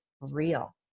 real